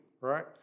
right